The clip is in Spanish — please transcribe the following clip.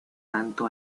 tanto